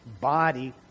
body